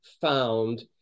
found